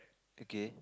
okay